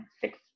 six